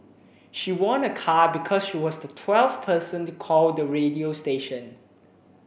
she won a car because she was the twelfth person to call the radio station